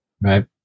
Right